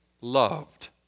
loved